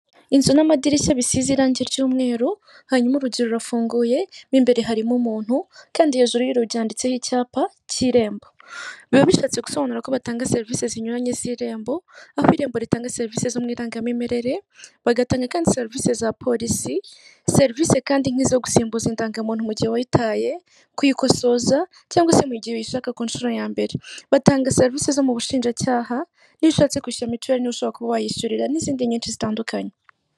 Inzu n'amadirishya bisize irangi ry'mweru, hanyuma urugi rurafunguye mo imbere harimo umuntu kandi hejuru y'ibiro byanditseho icyapa cy'irembo, biba bishatse gusobanura ko batanga serivisi zinyuranye z'irembo aho irembo ritanga serivisi zo mu irangamimerere bagatanga kandi serivisi za polisi, serivisi kandi nk'izo gusimbuza indangamuntu mu gihe wayotaye kuyikosoza cyangwa se mu gihe uyishaka ku nshuro ya mbere, batanga serivisi zo mu bushinjacyaha iyo ushatse kwishyura mituweli noho ushobora kuba wayishyurira n'izindi n nyinshi zitandukanye.